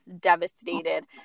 devastated